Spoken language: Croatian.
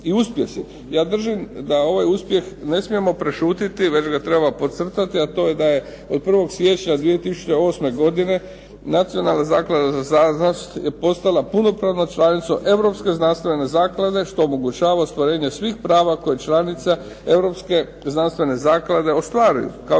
Ja držim da ovaj uspjeh ne smijemo prešutjeti, nego ga treba podcrtati, a to je od 1. siječnja 2008. Nacionalna zaklada za znanost je postala punopravna članica Europske znanstvene zaklade što omogućava ostvarenje svih prava koje članica Europske znanstvene zaklade ostvaruju, kao i